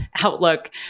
outlook